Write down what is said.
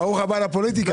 גיא, ברוך הבא לפוליטיקה.